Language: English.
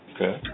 Okay